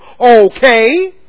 Okay